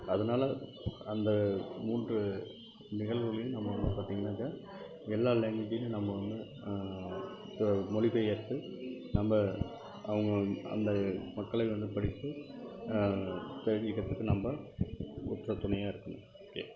அதனால அந்த மூன்று நிகழ்வுகளையும் நம்ம வந்து பார்த்தீங்கன்னாக்கா எல்லா லாங்குவேஜ்லேயும் நம்ம வந்து இப்போ மொழி பெயர்த்து நம்ம அவங்க அந்த மக்களை வந்து படித்து தெரிஞ்சுறதுக்கு நம்ம உற்ற துணையாக இருக்கணும் ஓகே